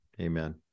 Amen